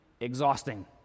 exhausting